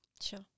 Sure